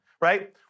right